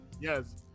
Yes